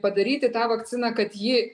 padaryti tą vakciną kad ji